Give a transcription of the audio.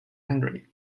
henry